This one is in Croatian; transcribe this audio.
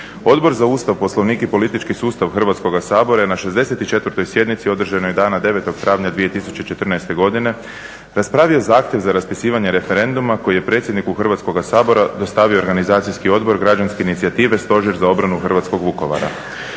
Odbor za Ustav, Poslovnik i politički sustav Hrvatskoga sabora je na 64. sjednici održanoj dana 09. travnja 2014. godine raspravio zahtjev za raspisivanje referenduma koji je predsjedniku Hrvatskoga sabora dostavio Organizacijski odbor građanske inicijative Stožer za obranu hrvatskog Vukovara.